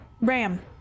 ram